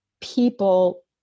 people